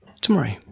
tomorrow